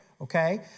Okay